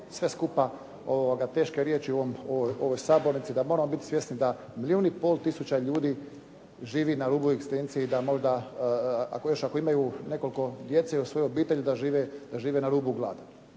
sve skupa teške riječi u ovoj sabornici, moramo biti svjesni da milijun i pol tisuća ljudi živi na rubu egzistencije i da možda ako još imaju nekoliko djece u svojoj obitelji da žive na rubu gladi.